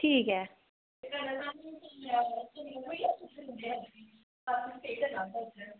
ठीक ऐ